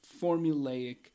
formulaic